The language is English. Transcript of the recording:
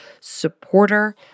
supporter